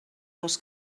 dos